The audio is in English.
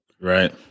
right